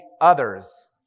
others